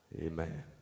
Amen